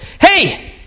hey